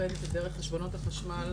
משורדי השואה,